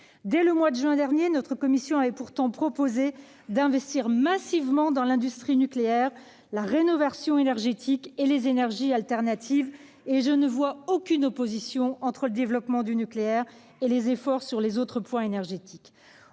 Dès le mois de juin dernier, notre commission avait pourtant proposé d'investir massivement dans l'industrie nucléaire, la rénovation énergétique et les énergies alternatives. Je ne vois aucune opposition entre le développement du nucléaire et les efforts sur les autres points énergétiques.